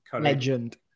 Legend